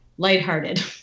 Lighthearted